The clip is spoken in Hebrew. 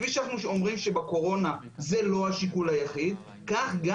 כפי שאנחנו אומרים שבקורונה זה לא השיקול היחיד כך גם